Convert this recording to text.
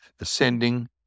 ascending